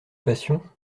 passion